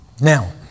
Now